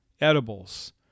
edibles